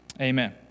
Amen